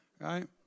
Right